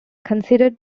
considered